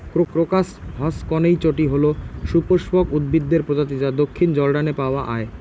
crocus হসকনেইচটি হল সপুষ্পক উদ্ভিদের প্রজাতি যা দক্ষিণ জর্ডানে পাওয়া য়ায়